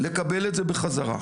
לקבל את זה בחזרה,